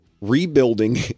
rebuilding